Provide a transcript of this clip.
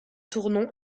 tournon